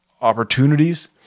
opportunities